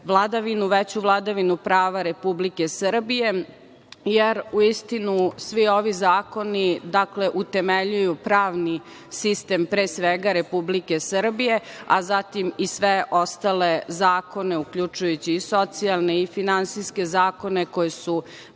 veću vladavinu prava Republike Srbije, jer u istinu svi ovi zakoni utemeljuju pravni sistem pre svega Republike Srbije, a zatim i sve ostale zakone, uključujući i socijalne i finansijske zakone koji su